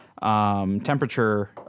Temperature